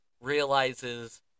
realizes